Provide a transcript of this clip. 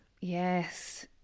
Yes